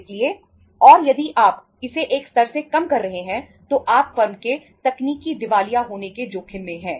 इसलिए और यदि आप इसे एक स्तर से कम कर रहे हैं तो आप फर्म के तकनीकी दिवालिया होने के जोखिम में हैं